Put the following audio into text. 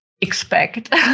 expect